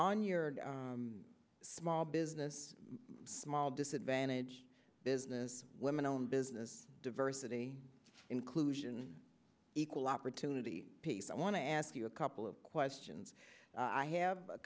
on your small business small disadvantage business women on business diversity inclusion equal opportunity peace i want to ask you a couple of questions i have a